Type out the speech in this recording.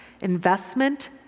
Investment